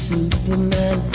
Superman